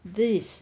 this